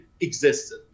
existed